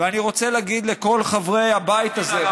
אני רוצה להגיד לכל חברי הבית הזה,